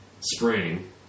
spring